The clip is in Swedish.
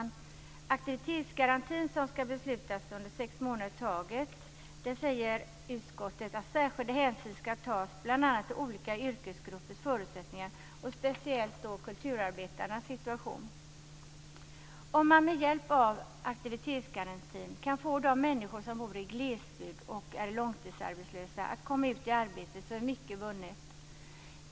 När det gäller aktivitetsgarantin, som ska beslutas under sex månader i taget, uttalar utskottet: Särskild hänsyn ska tas bl.a. till olika yrkesgruppers förutsättningar och speciellt då till kulturarbetares situation. Om man med hjälp av aktivitetsgarantin kan få de människor som bor i glesbygd och är långtidsarbetslösa att komma ut i arbete så är mycket vunnet.